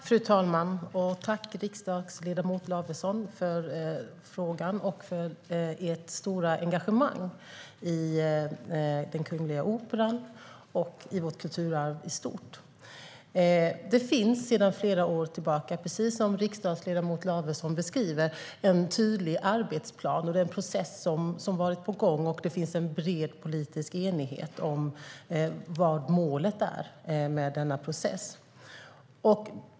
Fru talman! Tack, riksdagsledamot Lavesson, för frågan och för ert stora engagemang i Kungliga Operan och vårt kulturarv i stort! Det finns sedan flera år tillbaka, precis som riksdagsledamot Lavesson beskriver, en tydlig arbetsplan. Det är en process som har varit på gång, och det finns en bred politisk enighet om vad målet är med denna process.